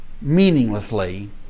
meaninglessly